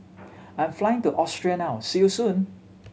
I'm flying to Austria now see you soon